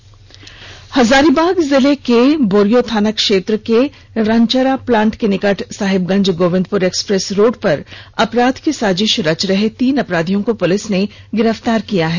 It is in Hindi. गिरफ़तार साहिबगंज जिले के बोरियो थाना क्षेत्र अंतर्गत रनचरा प्लांट के समीप साहिबगंज गोविंदपुर एक्सप्रेस रोड पर अपराध की साजिश रच रहे तीन अपराधियों को पुलिस ने गिरफ्तार किया है